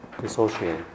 dissociate